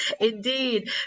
Indeed